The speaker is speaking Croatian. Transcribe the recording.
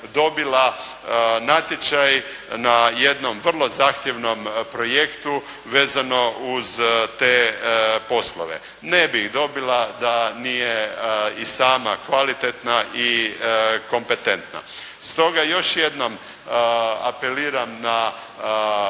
dobila natječaj na jednom vrlo zahtjevnom projektu vezano uz te poslove. Ne bi ih dobila da nije i sama kvalitetna i kompetentna. Stoga još jednom apeliram na gospođu